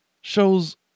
shows